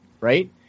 right